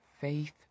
faith